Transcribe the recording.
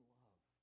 love